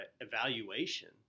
evaluation